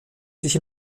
sich